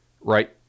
right